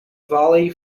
valley